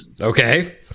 Okay